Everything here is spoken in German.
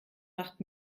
macht